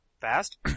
fast